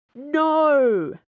NO